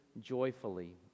joyfully